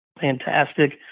fantastic